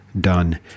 done